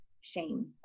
shame